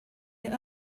your